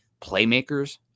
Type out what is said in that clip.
playmakers